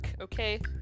okay